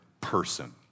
person